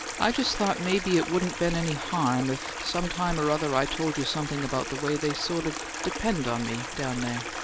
i just thought maybe it wouldn't been any harm if some time or other i told you something about the way they sort of depend on me down there.